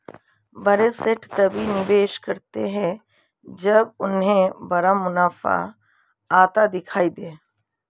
बड़े सेठ तभी निवेश करते हैं जब उन्हें बड़ा मुनाफा आता दिखाई दे